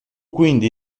quindi